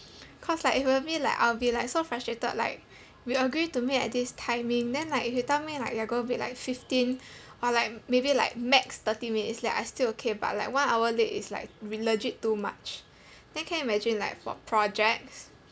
cause like it will be like I'll be like so frustrated like we agree to meet at this timing then like if you tell me like you're gonna be like fifteen or like maybe like max thirty minutes I still okay but like one hour late is like r~ legit too much then can you imagine like for projects